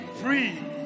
free